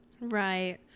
right